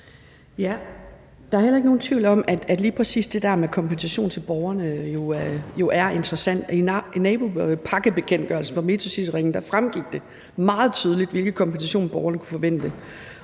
Der er heller ikke nogen tvivl om, at lige præcis det der med kompensation til borgerne jo er interessant. I nabopakkebekendtgørelsen for Metrocityringen fremgik det meget tydeligt, hvilken kompensation borgerne kunne forvente.